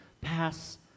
pass